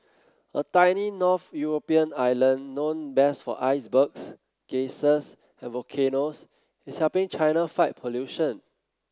a tiny north European island known best for icebergs geysers and volcanoes is helping China fight pollution